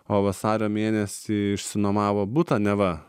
o vasario mėnesį išsinuomavo butą neva